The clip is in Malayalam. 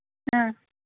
ആ